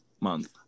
month